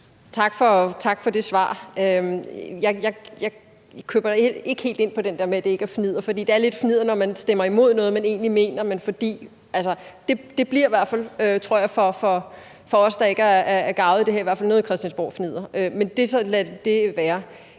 Tak for det svar. Jeg køber ikke helt ind på den der med, at det ikke er fnidder, for det er lidt fnidder, når man stemmer imod noget, som man egentlig er for. Det bliver i hvert fald, tror jeg, for os, der ikke er garvede i det her, noget christiansborgfnidder. Men lad så det være.